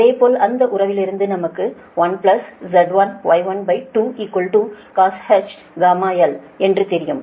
அதேபோல் அந்த உறவிலிருந்து நமக்கு 1Z1Y12cosh γl என்று தெரியும்